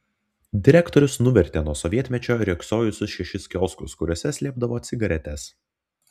direktorius nuvertė nuo sovietmečio riogsojusius šešis kioskus kuriuose slėpdavo cigaretes